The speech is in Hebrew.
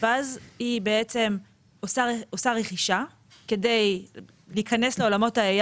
ואז היא בעצם עושה רכישה כדי להיכנס לעולם ה-AI